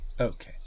okay